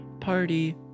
party